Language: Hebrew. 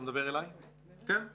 אנחנו